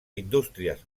indústries